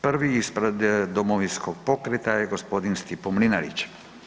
Prvi ispred Domovinskog pokreta je g. Stipo Mlinarić.